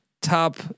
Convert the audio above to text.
top